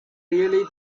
really